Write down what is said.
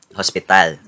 hospital